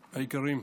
היקרה,